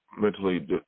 mentally